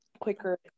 quicker